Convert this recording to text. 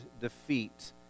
defeat